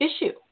Issue